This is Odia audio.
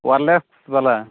ୱାୟାରଲେସ୍ ୱାଲା